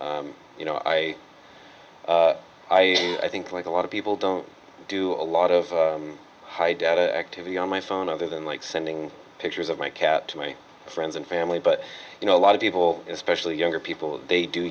you know i i i think like a lot of people don't do a lot of high data activity on my phone other than like sending pictures of my cat to my friends and family but you know a lot of people especially younger people they do